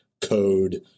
code